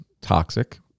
toxic